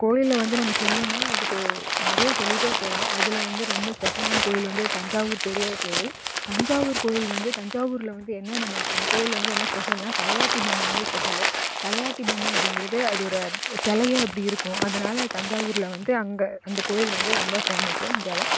கோயிலில் வந்து நம்ம சொல்லணுன்னா அதுக்கு நிறைய சொல்லிக்கிட்டு போகலாம் அதில் வந்து ரொம்ப ஸ்பெஷல்லான கோவில் வந்து தஞ்சாவூர் பெரிய கோவில் தஞ்சாவூர் கோவில் வந்து தஞ்சாவூரில் வந்து என்ன நம்மளுக்கு அந்த கோவில் வந்து என்ன ஸ்பெஷல்னா தலையாட்டி பொம்மை வந்து ஸ்பெஷல்லு தலையாட்டி பொம்மை அப்படிங்குறது அது ஒரு சிலையே அப்படி இருக்கும் அதனால் அது தஞ்சாவூரில் வந்து அங்கே அந்த கோயில் வந்து ரொம்ப ஃபேமஸ்ஸு இந்தியாவில்